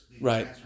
Right